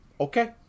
Okay